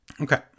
Okay